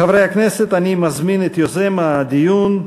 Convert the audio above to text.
חברי הכנסת, אני מזמין את יוזם הדיון,